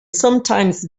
sometimes